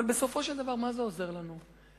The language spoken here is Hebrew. אבל בסופו של דבר, מה זה עוזר לנו?